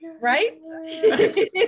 Right